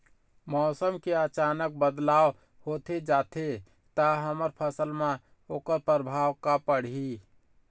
मौसम के अचानक बदलाव होथे जाथे ता हमर फसल मा ओकर परभाव का पढ़ी?